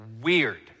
weird